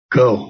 go